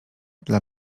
dla